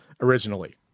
originally